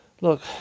Look